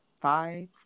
five